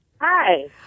Hi